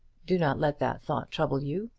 do not let that thought trouble you.